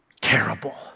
terrible